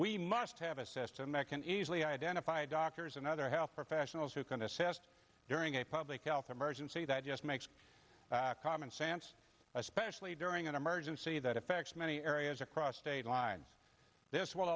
we must have a system that can easily identify doctors and other health professionals who can assist during a public health emergency that just makes common sense especially during an emergency that affects many areas across state lines this will